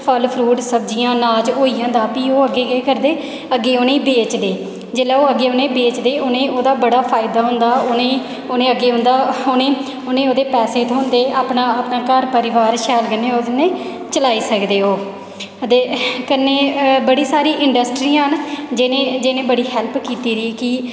फल फरूट सब्जियां अनाज उं'दे कोल होई जंदा फ्ही ओह् अग्गें केह् करदे अग्गें उ'नेंगी बेचदे जिसलै ओह् अग्गें उ'नेंगी बेचदे उ'नेंगी बड़ा फायदा होंदा उ'नेंगी उ'नें अग्गें उंदा उ'नेंगी ओह्दे पैसे थ्होंदे अपना अपना घर परिवार शैल उं'दे कन्नै चलाई सकदे ओह् ते कन्नै बड़ी सारियां इंडस्टर्रियां न जिनें जिनें बड़ी हैल्प कीती दी कि